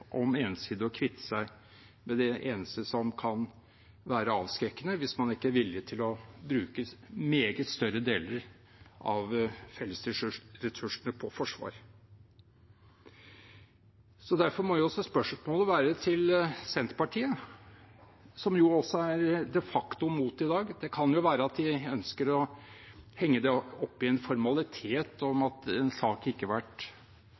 om ensidig å kvitte seg med det eneste som kan være avskrekkende hvis man ikke er villig til å bruke meget større deler av fellesressursene på Forsvaret. Derfor må spørsmålet være til Senterpartiet, som også er de facto mot i dag – det kan være at de ønsker å henge det opp i en formalitet om at en sak ikke har vært